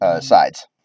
sides